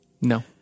No